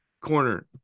corner